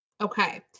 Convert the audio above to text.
Okay